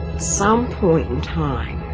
some point in time.